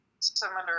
similar